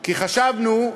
כי חשבנו,